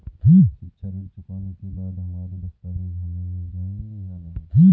शिक्षा ऋण चुकाने के बाद हमारे दस्तावेज हमें मिल जाएंगे या नहीं?